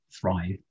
thrive